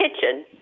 kitchen